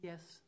Yes